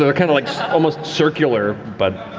they're kind of like almost circular, but,